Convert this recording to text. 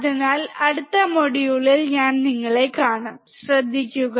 അതിനാൽ അടുത്ത മൊഡ്യൂളിൽ ഞാൻ നിങ്ങളെ കാണും ശ്രദ്ധിക്കുക